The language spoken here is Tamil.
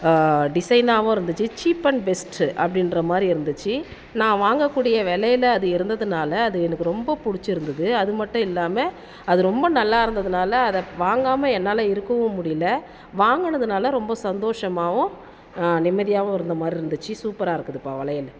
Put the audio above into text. டிசைனாகவும் இருந்துச்சு சீப் அண்ட் பெஸ்ட்டு அப்படின்ற மாதிரி இருந்துச்சு நான் வாங்கக்கூடிய விலைல அது இருந்ததுனால அது எனக்கு ரொம்ப பிடிச்சிருந்துது அது மட்டும் இல்லாமல் அது ரொம்ப நல்லா இருந்ததனால அதை வாங்காமல் என்னால இருக்கவும் முடியல வாங்கினதுனால ரொம்ப சந்தோஷமாகவும் நிம்மதியாகவும் இருந்த மாதிரி இருந்துச்சு சூப்பராக இருக்குதுப்பா வளையல்